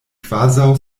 kvazaŭ